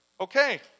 Okay